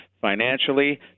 financially